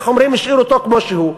השאיר אותו כמו שהוא.